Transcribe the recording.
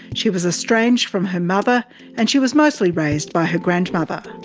she was estranged from her mother and she was mostly raised by her grandmother.